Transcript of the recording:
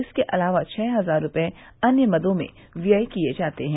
इसके अलावा छह हजार रूपये अन्य मदों में व्यय किये जाते हैं